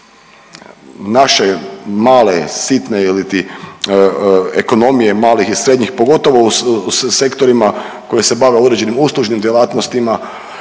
naše male sitne iliti ekonomije malih i srednjih, pogotovo u sektorima koji se bave određenim uslužnim djelatnostima